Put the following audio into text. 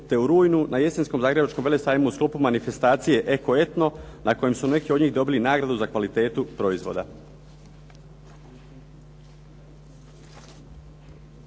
te u rujnu na jesenskom Zagrebačkom velesajmu u sklopu manifestacije Eko etno na kojem su neki od njih dobili nagradu za kvalitetu proizvoda.